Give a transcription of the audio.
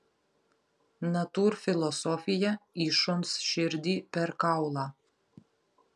natūrfilosofija į šuns širdį per kaulą